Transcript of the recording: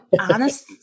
honest